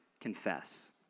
confess